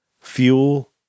fuel